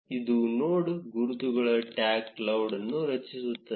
ಇದು ನೋಡ್ ಗುರುತುಗಳ tag cloud ಅನ್ನು ರಚಿಸುತ್ತದೆ